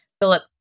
Philip